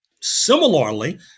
Similarly